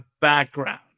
background